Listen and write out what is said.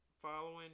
following